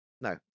No